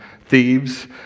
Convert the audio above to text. thieves